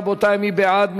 רבותי, מי בעד?